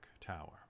Tower